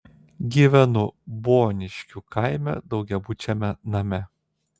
gyvenu boniškių kaime daugiabučiame name